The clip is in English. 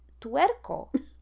Tuerco